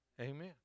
Amen